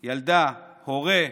ילדה, הורה,